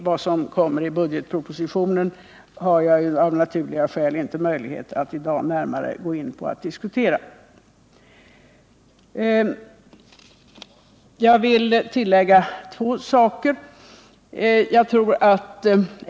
Vad som kommer i budgetpropositionen har jag av Nr 44 naturliga skäl inte möjlighet att i dag närmare gå in på. Jag vill tillägga två saker.